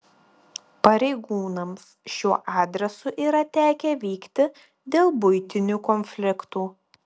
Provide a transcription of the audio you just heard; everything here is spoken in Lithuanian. pareigūnams šiuo adresu yra tekę vykti dėl buitinių konfliktų